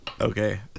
Okay